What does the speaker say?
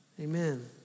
Amen